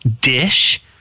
dish